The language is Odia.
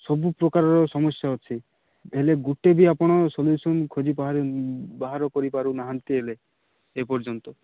ସବୁ ପ୍ରକାରର ସମସ୍ୟା ଅଛି ହେଲେ ଗୁଟେ ବି ଆପଣ ସଲ୍ୟୁସନ୍ ଖୋଜି ବାହାର କରିପାରୁନାହାନ୍ତି ହେଲେ ଏପର୍ଯ୍ୟନ୍ତ